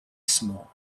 small